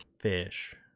fish